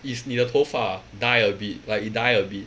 is 你的诱发 dye a bit like it dye